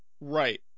Right